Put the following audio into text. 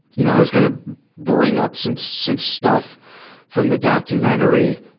you know, i was gonna bring up some, some stuff from the documentary,